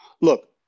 Look